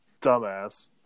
dumbass